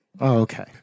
Okay